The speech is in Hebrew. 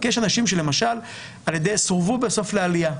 כי יש אנשים שלמשל סורבו בסוף לעלייה.